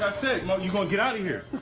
i mean you gonna get out of here